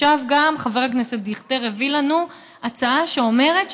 עכשיו גם חבר הכנסת דיכטר הביא לנו הצעה שאומרת,